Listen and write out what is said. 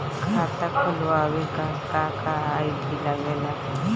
खाता खोलवावे ला का का आई.डी लागेला?